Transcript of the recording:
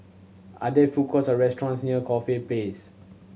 are there food courts or restaurants near Corfe Place